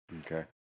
okay